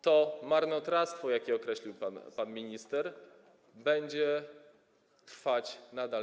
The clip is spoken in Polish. To marnotrawstwo, jak je określił pan minister, będzie trwać nadal.